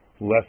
less